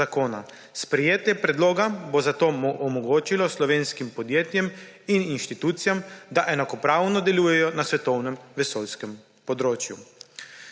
Sprejetje predloga bo zato omogočilo slovenskim podjetjem in institucijam, da enakopravno delujejo na svetovnem vesoljskem področju.